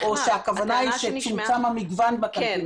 הכוונה שמצומצם המגוון בקנטינה?